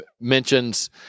mentions